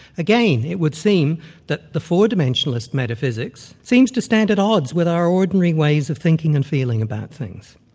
again, it would seem that the four-dimensionalist metaphysics seems to stand at odds with our ordinary ways of thinking and feeling about things.